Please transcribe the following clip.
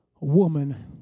woman